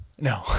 No